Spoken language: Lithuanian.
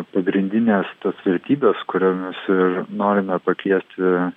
pagrindines tas vertybes kuriomis ir norime pakviesti